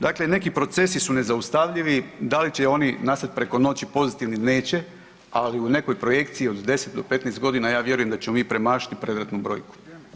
Dakle, neki procesi su nezaustavljivi, da li će oni nastat preko noći pozitivni neće, ali u nekoj projekciji od 10 do 15 godina ja vjerujem da ćemo mi premašiti predratnu brojku.